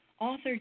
author